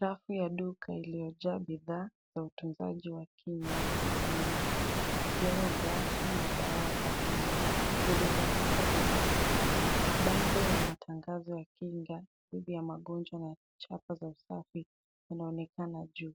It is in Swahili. Safu ya duka iliyojaa iliyojaa bidhaa za utunzaji wa kinywa na mwili zikiwemi brush na dawa za meno zilizopangwa vizuri. Mabango ya matangazo ya kinga dhidi ya magonjwa chapa za usafi unaonekana juu.